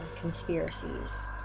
conspiracies